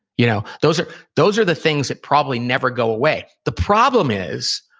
you know those are those are the things that probably never go away the problem is,